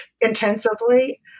intensively